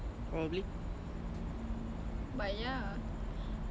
ya I I used to smoke cold